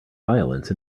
violence